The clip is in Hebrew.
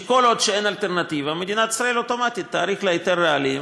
שכל עוד אין אלטרנטיבה מדינת ישראל אוטומטית תאריך לה היתר רעלים,